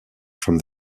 from